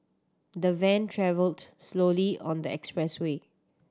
the van travelled slowly on the expressway